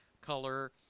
color